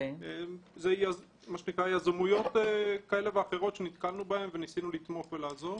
זה יזמויות כאלה ואחרות שנתקלנו בהן וניסינו לתמוך ולעזור.